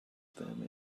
damn